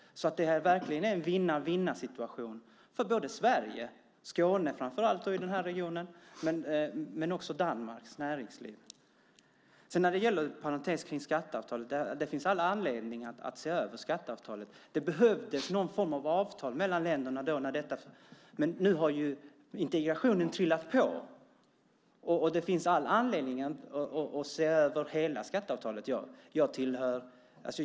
Det är verkligen en vinna-vinna-situation dels för Sverige, framför allt för Skåneregionen, dels för Danmarks näringsliv. När det gäller parentesen kring skatteavtalet finns det all anledning att se över det avtalet. Det behövdes någon form av avtal mellan länderna när detta slöts, men nu har ju integrationen trillat på och det finns alltså all anledning att se över hela skatteavtalet.